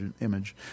image